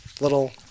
Little